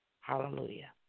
Hallelujah